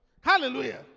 Hallelujah